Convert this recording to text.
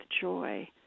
joy